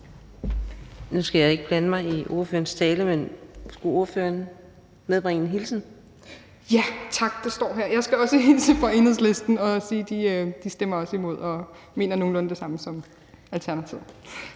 Nu skal jeg ikke blande mig i ordførerens tale, men skulle ordføreren medbringe en hilsen? Kl. 18:14 Helene Liliendahl Brydensholt (ALT): Ja, tak – det står her. Jeg skal også hilse fra Enhedslisten og sige, at de også stemmer imod og mener nogenlunde det samme som Alternativet.